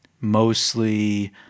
mostly